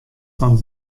fan